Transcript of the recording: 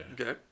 Okay